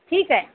ठीक आहे